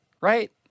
right